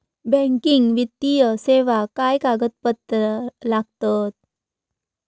Banking वित्तीय सेवाक काय कागदपत्र लागतत?